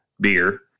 beer